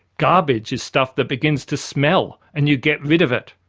garbage is stuff that begins to smell and you get rid of it.